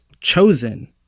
chosen